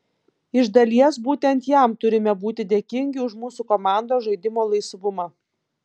iš dalies būtent jam turime būti dėkingi už mūsų komandos žaidimo laisvumą